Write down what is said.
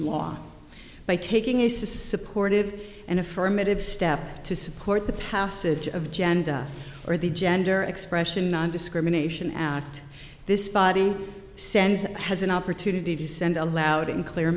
law by taking a supportive and affirmative step to support the passage of gender or the gender expression on discrimination act this body sends has an opportunity to send a loud and clear